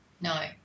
No